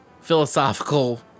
philosophical